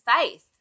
faith